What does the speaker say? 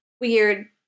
weird